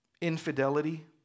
infidelity